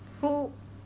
who